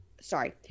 Sorry